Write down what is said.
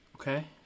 Okay